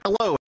Hello